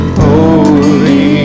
holy